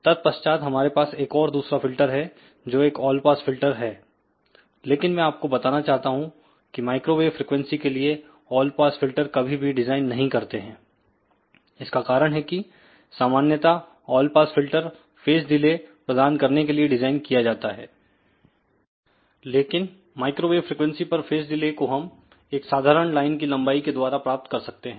तत्पश्चात हमारे पास एकऔर दूसराफिल्टर है जो एक ऑल पास फिल्टर है लेकिन मैं आपको बताना चाहता हूं कि माइक्रोवेव फ्रिकवेंसी के लिए ऑल पास फिल्टर कभी भी डिजाइन नहीं करते हैं इसका कारण है की सामान्यता all pass filter phase delay प्रदान करने के लिए डिजाइन किया जाता है लेकिन माइक्रोवेव फ्रिकवेंसी पर फेज डिले को हम एक साधारण लाइन की लंबाई के द्वारा प्राप्त कर सकते हैं